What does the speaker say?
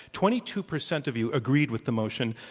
twenty two percent of you agreed with the motion,